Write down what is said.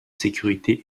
sécurités